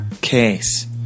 case